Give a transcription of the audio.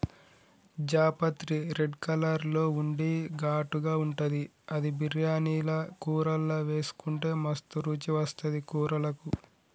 జాపత్రి red colour లో ఉండి ఘాటుగా ఉంటది అది బిర్యానీల కూరల్లా వేసుకుంటే మస్తు రుచి వస్తది కూరలకు